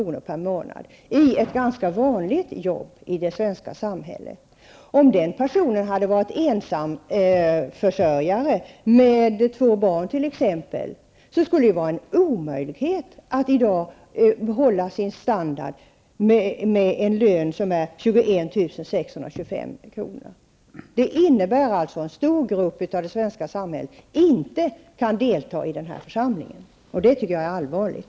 i lön per månad i ett ganska vanligt jobb i det svenska samhället. Om den personen hade varit ensamförsörjande med t.ex. två barn, skulle det för denne vara omöjligt att behålla sin standard med en lön på 21 625 kr. Det innebär att en stor grupp av det svenska samhället inte kan delta i den här församlingen. Det tycker jag är allvarligt.